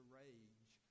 rage